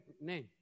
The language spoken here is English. name